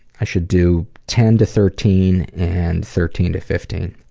i should do ten to thirteen and thirteen to fifteen.